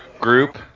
group